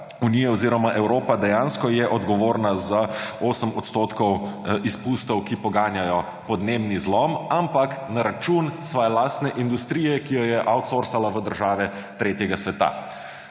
unija oziroma Evropa dejansko je odgovorna za 8 % izpustov, ki poganjajo podnebni zlom, ampak na račun svoje lastne industrije, ki jo je outsourcala v države tretjega sveta.